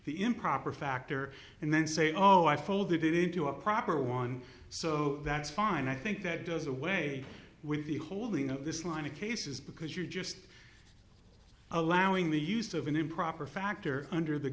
the improper factor and then say oh i folded it into a proper one so that's fine i think that does away with the holding of this line of cases because you're just allowing the use of an improper factor under the